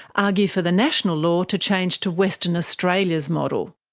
argue for the national law to change to western australia's model.